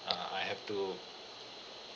err I have to